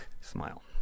smile